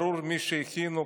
ברור מי הכינו,